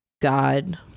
God